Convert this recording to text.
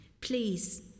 Please